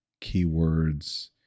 keywords